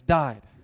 died